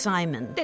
Simon